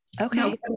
Okay